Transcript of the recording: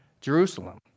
Jerusalem